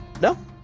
No